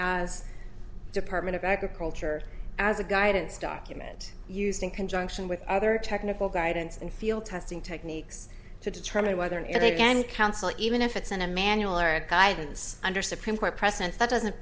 as department of agriculture as a guidance document used in conjunction with other technical guidance and field testing techniques to determine whether in a grand council even if it's in a manual or a guidance under supreme court precedent that doesn't